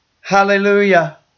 Hallelujah